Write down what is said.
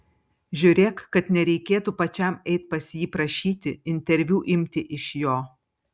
žiūrėk kad nereikėtų pačiam eiti pas jį prašyti interviu imti iš jo